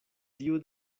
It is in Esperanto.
tiu